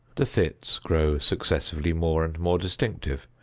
the fits grow successively more and more distinctive,